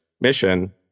mission